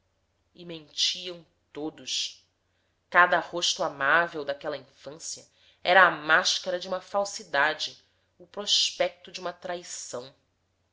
mais e mentiam todos cada rosto amável daquela infância era a máscara de uma falsidade o prospecto de uma traição